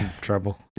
trouble